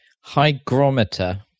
Hygrometer